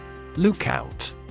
Lookout